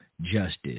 justice